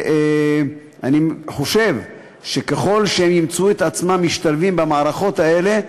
אני חושב שככל שהם ימצאו את עצמם משתלבים במערכות האלה,